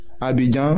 Abidjan